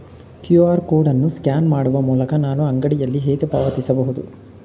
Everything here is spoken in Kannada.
ಕ್ಯೂ.ಆರ್ ಕೋಡ್ ಅನ್ನು ಸ್ಕ್ಯಾನ್ ಮಾಡುವ ಮೂಲಕ ನಾನು ಅಂಗಡಿಯಲ್ಲಿ ಹೇಗೆ ಪಾವತಿಸಬಹುದು?